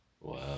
Wow